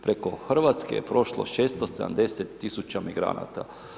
Preko Hrvatske je prošlo 670 000 migranata.